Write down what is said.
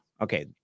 Okay